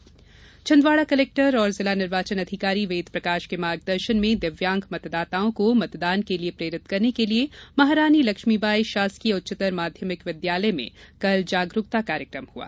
निर्वाचन तैयारी छिन्दवाडा कलेक्टर और जिला निर्वाचन अधिकारी वेद प्रकाश के मार्गदर्शन में दिव्यांग मतदाताओं को मतदान के लिये प्रेरित करने के लिये महारानी लक्ष्मीबाई शासकीय उच्चतर माध्यमिक विद्यालय में जागरूकता कार्यक्रम हुआ